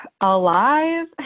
alive